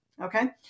okay